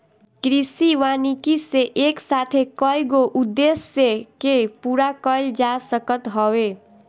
कृषि वानिकी से एक साथे कईगो उद्देश्य के पूरा कईल जा सकत हवे